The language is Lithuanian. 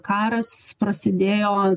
karas prasidėjo